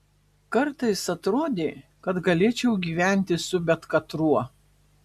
kartais atrodė kad galėčiau gyventi su bet katruo